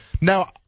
Now